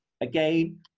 again